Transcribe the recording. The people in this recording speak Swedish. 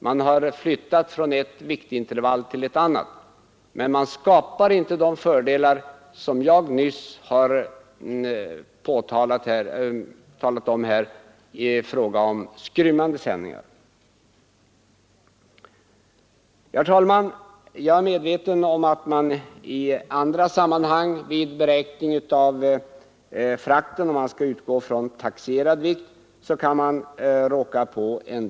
Man har flyttat från ett viktintervall till ett annat, men man skapar inte de fördelar som jag nyss har talat om för skrymmande sändningar. Herr talman! Jag är medveten om att man kan råka ut för en del problem om man i andra sammanhang skall utgå från taxerad vikt vid beräkningen.